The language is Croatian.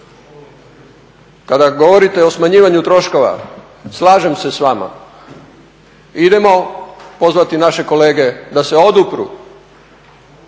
Kada govorite o smanjivanju troškova slažem se s vama. Idemo pozvati naše kolege da se odupru